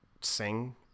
sing